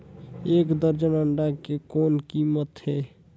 एक दर्जन अंडा के कौन कीमत हे?